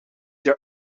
their